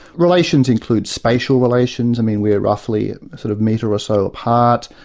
relations includes spatial relations, i mean, we're roughly, a sort of metre or so apart,